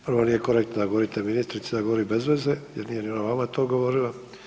Prvo, nije korektno da govorite ministrici da govori bez veze jer nije ni ona vama to govorila.